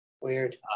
Weird